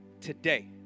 today